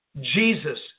Jesus